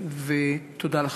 ותודה לכם.